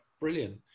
brilliant